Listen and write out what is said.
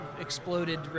exploded